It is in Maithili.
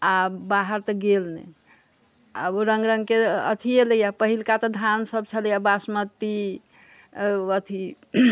आओर बाहर तऽ गेल नहि आब ओ रङ्ग रङ्गके अथिये लैया पहिलका तऽ धान सब छलैए बासमती आओर अथि